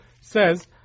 says